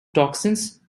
toxins